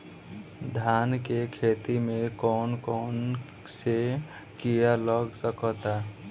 धान के खेती में कौन कौन से किड़ा लग सकता?